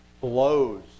blows